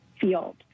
field